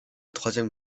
troisième